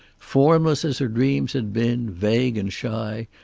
formless as her dreams had been, vague and shy,